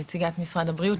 נציגת משרד הבריאות,